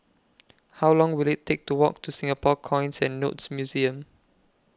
How Long Will IT Take to Walk to Singapore Coins and Notes Museum